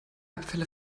abfälle